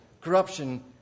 corruption